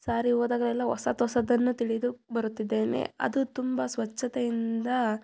ಸಾರಿ ಹೋದಾಗಲೆಲ್ಲ ಹೊಸತ್ ಹೊಸತನ್ನು ತಿಳಿದು ಬರುತ್ತಿದ್ದೇನೆ ಅದು ತುಂಬ ಸ್ವಚ್ಛತೆಯಿಂದ